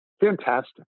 Fantastic